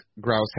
grouse